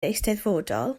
eisteddfodol